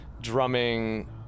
drumming